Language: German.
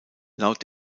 laut